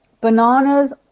Bananas